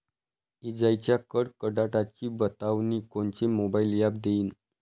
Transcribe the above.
इजाइच्या कडकडाटाची बतावनी कोनचे मोबाईल ॲप देईन?